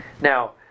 Now